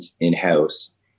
in-house